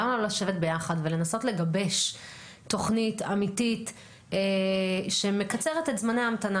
למה לא לשבת ביחד ולנסות לגבש תוכנית אמיתית שמקצרת את זמני ההמתנה?